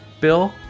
Bill